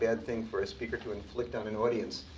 and thing for a speaker to inflict on an audience.